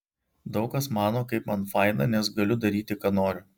daug kas mano kaip man faina nes galiu daryti ką noriu